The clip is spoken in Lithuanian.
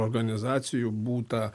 organizacijų būta